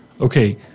Okay